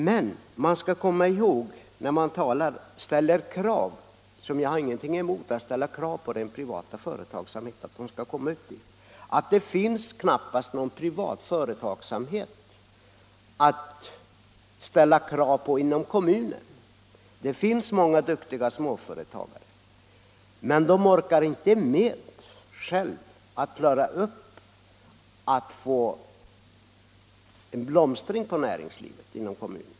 Men när man ställer krav på att privat företagsamhet skall komma upp till dessa områden — vilket jag inte har någonting emot att man gör — skall man komma ihåg att det inom kommunerna knappast finns någon privat företagsamhet att ställa krav på. Det finns många duktiga småföretagare, men de orkar inte själva få näringslivet inom kommunerna att blomstra.